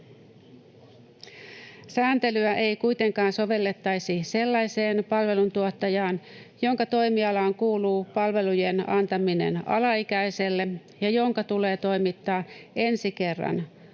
Sääntelyä ei kuitenkaan sovellettaisi sellaiseen palveluntuottajaan, jonka toimialaan kuuluu palvelujen antaminen alaikäiselle ja jonka tulee toimittaa ensi kerran valvontaviranomaiselle